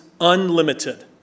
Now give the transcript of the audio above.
unlimited